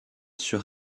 sur